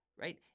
right